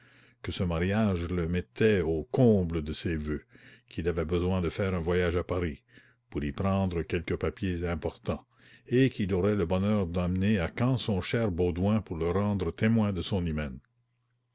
que ce mariage le mettait au comble de ses voeux qu'il avait besoin de faire un voyage à paris pour y prendre quelques papiers importans et qu'il aurait le bonheur d'emmener à caen son cher baudouin pour le rendre témoin de son hymen